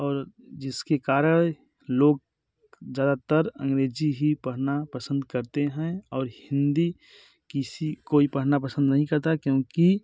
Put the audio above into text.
और जिस के कारण लोग ज़्यादातर अंग्रेज़ी ही पढ़ना पसंद करते हैं और हिन्दी किसी कोई पढ़ना पसंद नहीं करता है क्योंकि